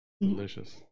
Delicious